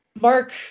mark